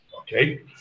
okay